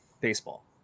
baseball